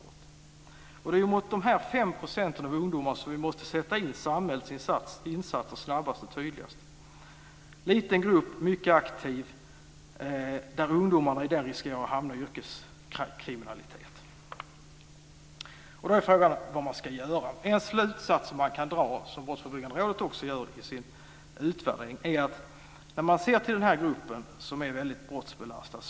Det är mot dessa 5 % av ungdomarna som vi måste sätta in samhällsinsatser snabbast och tydligast. Det är en liten grupp som är mycket aktiv. Ungdomarna i den gruppen riskerar att hamna i yrkeskriminalitet. Då är frågan vad man ska göra. En slutsats som man kan dra är att föräldrarna har en väldigt stor betydelse när man ser till den här gruppen som är väldigt brottsbelastad.